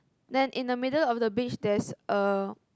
then in the middle of the beach there's a